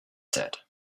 set